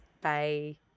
bye